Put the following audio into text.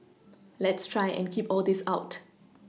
let's try and keep all this out